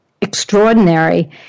extraordinary